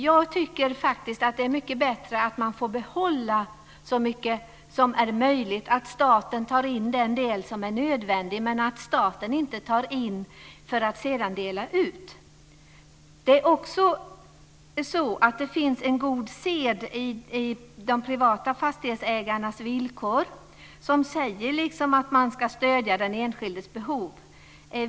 Jag tycker faktiskt att det är mycket bättre att få behålla så mycket som möjligt, att staten tar in den del som är nödvändig - dock inte för att sedan dela ut. Vidare finns det en god sed i de privata fastighetsägarnas villkor - man ska stödja den enskildes behov.